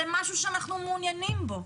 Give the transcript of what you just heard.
זה משהו שאנחנו מעוניינים בו.